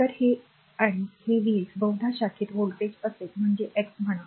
तर हे आणि हे vx बहुदा शाखेत व्होल्टेज असेल म्हणजेच x म्हणा